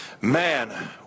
Man